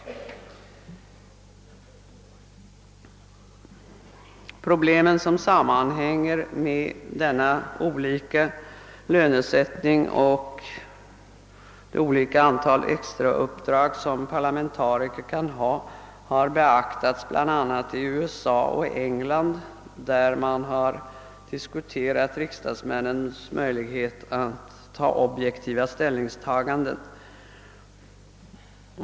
De problem som sammanhänger med denna olikartade lönesättning och det olika antal extra uppdrag som parlamentariker kan ha har beaktats bl.a. i USA och England, där man diskuterat parlamentarikernas möjlighet att göra objektiva ställningstaganden.